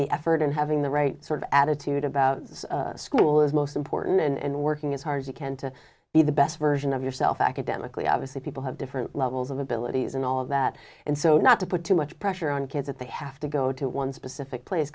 the effort and having the right sort of attitude about school is most important and working as hard as you can to be the best version of yourself academically obviously people have different levels of abilities and all of that and so not to put too much pressure on kids that they have to go to one specific place